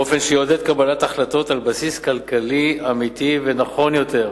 באופן שיעודד קבלת החלטות על בסיס כלכלי אמיתי ונכון יותר,